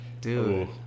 dude